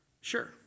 sure